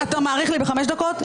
אתה מאריך לי בחמש דקות?